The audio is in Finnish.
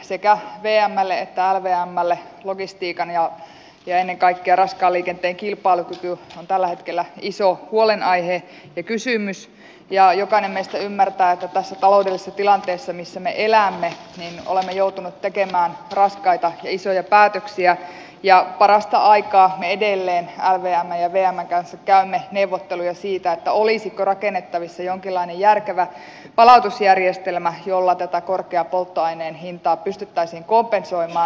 sekä vmlle että lvmlle logistiikan ja ennen kaikkea raskaan liikenteen kilpailukyky on tällä hetkellä iso huolenaihe ja kysymys ja jokainen meistä ymmärtää että tässä taloudellisessa tilanteessa missä me elämme olemme joutuneet tekemään raskaita ja isoja päätöksiä ja parasta aikaa me edelleen lvmn ja vmn kanssa käymme neuvotteluja siitä olisiko rakennettavissa jonkinlainen järkevä palautusjärjestelmä jolla tätä korkeaa polttoaineen hintaa pystyttäisiin kompensoimaan